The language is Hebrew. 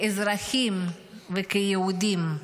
כאזרחים וכיהודים.